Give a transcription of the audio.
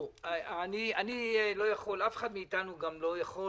אני לא יכול ואף אחד מאתנו לא יכול